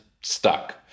stuck